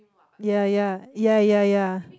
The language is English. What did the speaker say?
ya ya ya ya ya